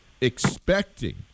expecting